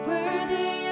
Worthy